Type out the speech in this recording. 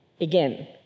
Again